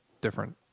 different